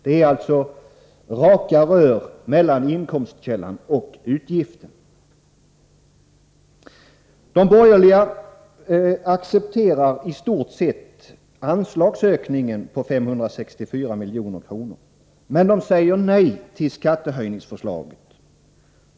Det är alltså ”raka rör” mellan inkomstkällan och utgiften. De borgerliga, som i stort sett accepterar anslagsökningen på 564 milj.kr., säger nej till skattehöjningsförslaget.